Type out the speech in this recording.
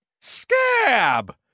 Scab